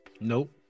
Nope